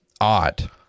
odd